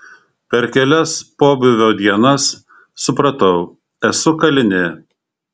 per kelias pobūvio dienas supratau esu kalinė